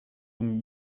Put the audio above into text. donc